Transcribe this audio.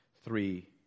three